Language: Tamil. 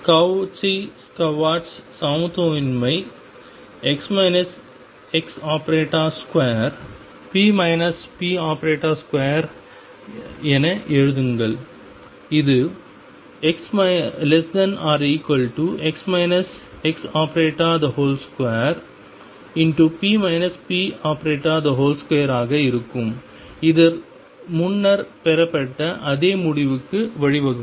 கஹொவ்சி ஸ்வார்ட்ஸ் சமத்துவமின்மையை ⟨x ⟨x⟩2p ⟨p⟩2⟩ என எழுதுங்கள் இது ⟨x ⟨x⟩2⟩⟨p ⟨p⟩2⟩ ஆக இருக்கும் இது முன்னர் பெறப்பட்ட அதே முடிவுக்கு வழிவகுக்கும்